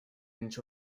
inch